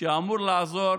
שאמור לעזור